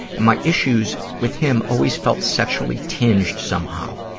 and my issues with him always felt sexually tinged somehow.